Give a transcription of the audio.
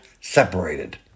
separated